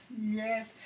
yes